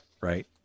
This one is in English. Right